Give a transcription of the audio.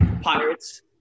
Pirates